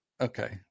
okay